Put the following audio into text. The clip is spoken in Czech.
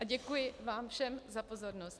Děkuji vám všem za pozornost.